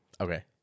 Okay